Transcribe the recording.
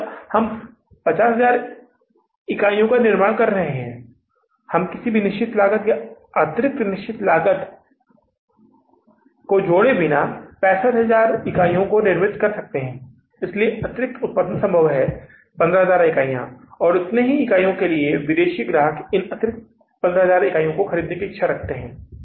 मतलब हम 50000 इकाइयों का निर्माण कर रहे हैं हम किसी भी निश्चित लागत अतिरिक्त निश्चित लागत 65000 इकाइयों को जोड़े बिना निर्मित किए जा सकते हैं इसलिए अतिरिक्त उत्पादन संभव है 15000 इकाइयाँ और उतनी ही इकाइयों के लिए विदेशी ग्राहक इन अतिरिक्त 15000 इकाइयों को खरीदने की इच्छा रखते हैं